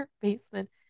basement